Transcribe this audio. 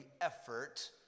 effort